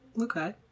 Okay